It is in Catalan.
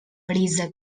brisa